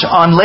on